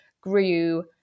grew